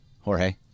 Jorge